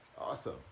Awesome